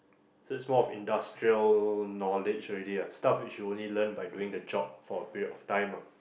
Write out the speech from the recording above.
so is more of industrial knowledge already ah stuff which you only learn by doing the job for a period of time ah